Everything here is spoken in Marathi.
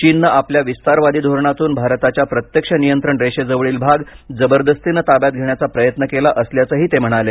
चीनने आपल्या विस्तारवादी धोरणातून भारताच्या प्रत्यक्ष नियंत्रण रेषेजवळील भाग जबरदस्तीने ताब्यात घेण्याचा प्रयत्न केला असल्याचंही ते म्हणाले